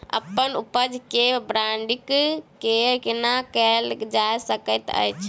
अप्पन उपज केँ ब्रांडिंग केना कैल जा सकैत अछि?